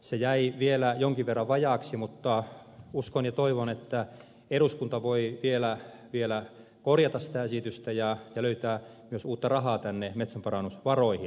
se jäi vielä jonkin verran vajaaksi mutta uskon ja toivon että eduskunta voi vielä korjata sitä esitystä ja löytää myös uutta rahaa metsänparannusvaroihin